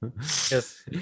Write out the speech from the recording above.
Yes